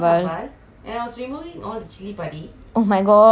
oh my god the chili padi I tell you